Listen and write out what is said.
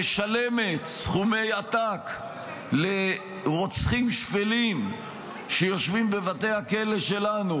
משלמת סכומי עתק לרוצחים שפלים שיושבים בבתי הכלא שלנו,